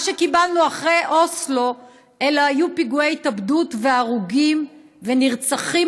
מה שקיבלנו אחרי אוסלו היה פיגועי התאבדות והרוגים ונרצחים